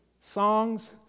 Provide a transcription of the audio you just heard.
songs